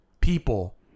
people